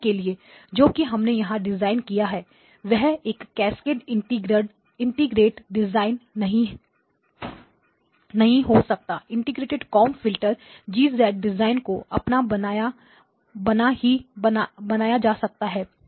उदाहरण के लिए जो कि हमने यहां डिज़ाइन किया है वह एक कैस्केडएड इंटीग्रेटेड डिज़ाइन नहीं हो सकता integrated comb filter G design को अपनाए बिना ही बनाया जा सकता है